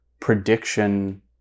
prediction